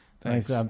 Thanks